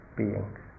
beings